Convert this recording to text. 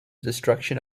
destruction